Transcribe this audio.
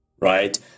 right